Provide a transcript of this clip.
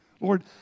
Lord